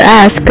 ask